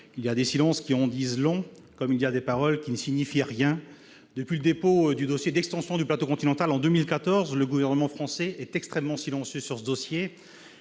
Il y a des silences qui en disent long, comme il y a des paroles qui ne signifient rien. » Depuis le dépôt, en 2014, du dossier d'extension du plateau continental, le Gouvernement français est extrêmement silencieux sur ce sujet.